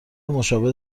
مشابه